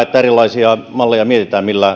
että mietitään erilaisia malleja millä